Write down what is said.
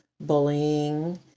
bullying